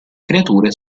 creature